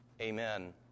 Amen